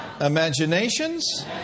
imaginations